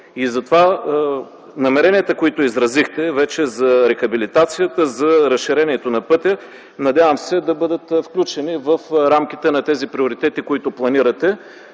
ресурс. Намеренията, които изразихте за рехабилитацията и разширението на пътя, надявам се да бъдат включени в рамките на приоритетите, които планирате.